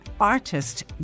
artist